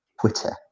Twitter